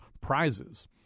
prizes